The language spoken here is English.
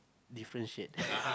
different shade